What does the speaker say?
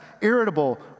irritable